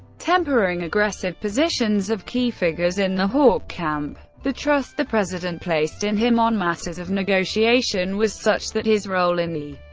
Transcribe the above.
tempering aggressive positions of key figures in the hawk camp. the trust the president placed in him on matters of negotiation was such that his role in the